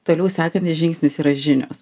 toliau sekantis žingsnis yra žinios